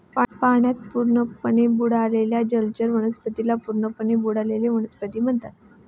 पाण्यात पूर्णपणे बुडालेल्या जलचर वनस्पतींना पूर्णपणे बुडलेल्या वनस्पती म्हणतात